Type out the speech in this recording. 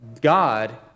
God